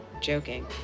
joking